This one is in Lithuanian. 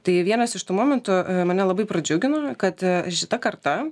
tai vienas iš tų momentų mane labai pradžiugino kad šita karta